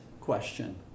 question